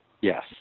Yes